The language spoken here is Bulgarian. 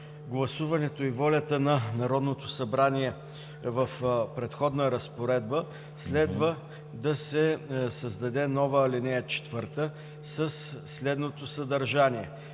гласуването и волята на Народното събрание, в предходна разпоредба следва да се създаде нова ал. 4 със следното съдържание: